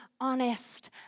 honest